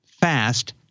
fast